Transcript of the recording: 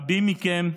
רבים מכם,